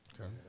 Okay